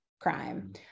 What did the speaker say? crime